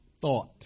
thought